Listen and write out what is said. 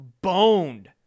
boned